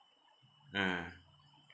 ah